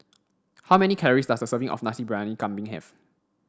how many calories does a serving of Nasi Briyani Kambing have